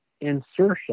insertion